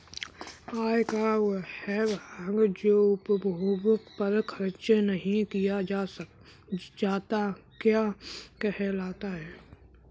आय का वह भाग जो उपभोग पर खर्च नही किया जाता क्या कहलाता है?